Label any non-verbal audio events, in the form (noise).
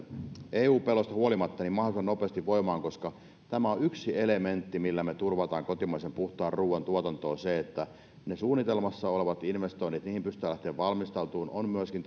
eu pelosta huolimatta mahdollisimman nopeasti voimaan koska yksi elementti millä me turvaamme kotimaisen puhtaan ruoan tuotannon on se että suunnitelmassa oleviin investointeihin pystytään lähtemään valmistautumaan on myöskin (unintelligible)